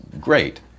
great